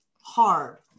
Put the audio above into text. hard